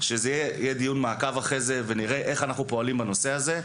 אלא שיהיה דיון מעקב אחרי זה ושנראה איך אנחנו פועלים בנושא הזה.